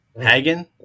Hagen